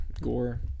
gore